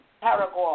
Paraguay